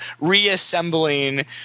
reassembling